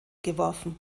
geworfen